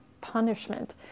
punishment